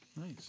Nice